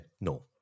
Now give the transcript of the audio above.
no